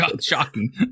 shocking